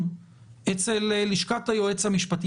אולי רק בספרד קפצו ישירות לסיכון מרבי,